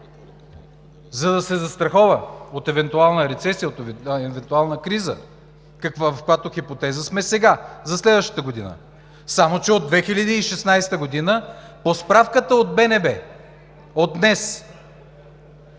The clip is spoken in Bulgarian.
За да се застрахова от евентуална рецесия, от евентуална криза, в каквато хипотеза сме сега – за следващата година. Само че от 2016 г. справката от БНБ от днес